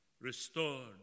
restored